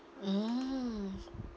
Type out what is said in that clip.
mm